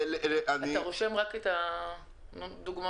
אדוני, תרשום את הדוגמאות